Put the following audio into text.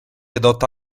adotta